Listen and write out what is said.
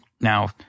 Now